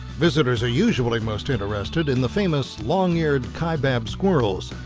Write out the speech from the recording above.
visitors are usually most interested in the famous long-eared kaibab squirrels.